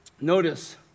notice